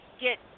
get